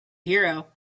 hero